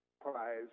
prize